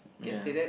ya